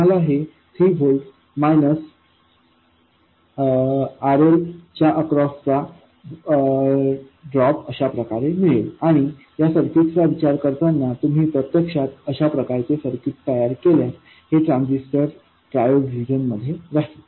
तुम्हाला हे 3 volt minus RLच्या अक्रॉसचा ड्रॉप अशाप्रकारे मिळेल आणि या सर्किटचा विचार करताना तुम्ही प्रत्यक्षात अशाप्रकारचे सर्किट तयार केल्यास हे ट्रांझिस्टर ट्रायोड रिजन मध्ये राहील